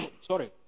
sorry